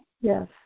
Yes